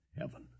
heaven